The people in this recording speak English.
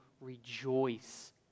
rejoice